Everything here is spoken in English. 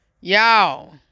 y'all